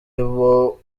abo